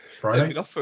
Friday